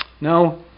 No